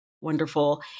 wonderful